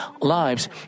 lives